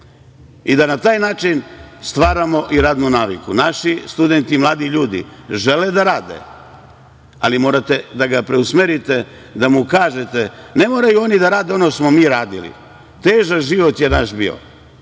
i da na taj način stvaramo i radnu naviku. Naši studenti, mladi ljudi žele da rade, ali morate da ga preusmerite, da mu kažete. Ne moraju oni da rade ono što smo mi radili, težak život je naš bio